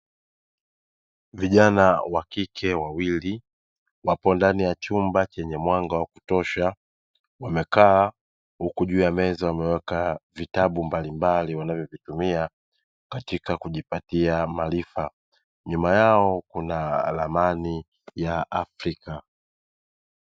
Vijana wakike wawili wapo ndani ya chumba chenye mwanga wa kutosha, wamekaa huku juu ya meza wameweka vitabu mbalimbali wanavyovitumika katika kujipatia maarifa, nyuma yao kuna ramani ya Afrika.